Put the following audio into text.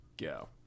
go